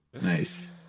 Nice